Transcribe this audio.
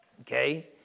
okay